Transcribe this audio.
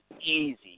easy